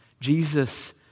Jesus